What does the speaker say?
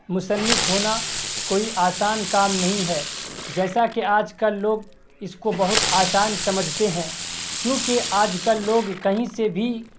مصنف ہونا کوئی آسان کام نہیں ہے جیسا کہ آج کل لوگ اس کو بہت آسان سمجھتے ہیں کیوںکہ آج کل لوگ کہیں سے بھی